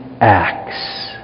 acts